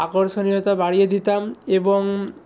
আকর্ষণীয়তা বাড়িয়ে দিতাম এবং